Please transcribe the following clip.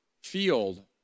field